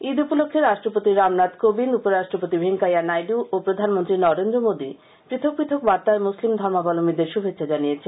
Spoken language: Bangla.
ঈদ উপলক্ষ্যে রাষ্ট্রপতি রামনাথ কোবিন্দ উপরাষ্ট্রপতি ভেঙ্কাইয়া নাইডু প্রধানমন্ত্রী নরেন্দ্র মোদী পৃথক পৃথক বার্তায় মূসলিম ধর্মাবলশ্বীদের শুভেচ্ছা জানিয়েছেন